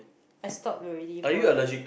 I stop already for like